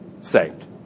saved